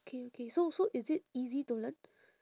okay okay so so is it easy to learn